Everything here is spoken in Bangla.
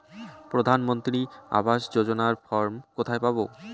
প্রধান মন্ত্রী আবাস যোজনার ফর্ম কোথায় পাব?